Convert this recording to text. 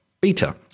beta